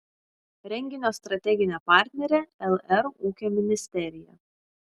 renginio strateginė partnerė lr ūkio ministerija